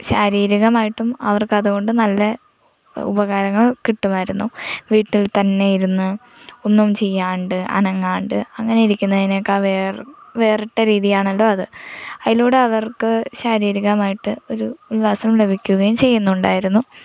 ശാരീരികമായിട്ടും അവർക്ക് അതുകൊണ്ട് നല്ല ഉപകാരങ്ങൾ കിട്ടുമായിരുന്നു വീട്ടിൽ തന്നെ ഇരുന്ന് ഒന്നും ചെയ്യാതെ അനങ്ങാതെ അങ്ങനെയിരിക്കുന്നതിനേക്കാൾ വേർ വേറിട്ട രീതിയാണല്ലൊ അത് അതിലൂടെ അവർക്ക് ശാരീരികമായിട്ട് ഒരു ഉല്ലാസം ലഭിക്കുകയും ചെയ്യുന്നുണ്ടായിരുന്നു